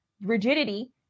rigidity